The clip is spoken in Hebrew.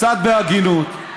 קצת בהגינות.